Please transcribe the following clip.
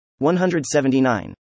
179